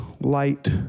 light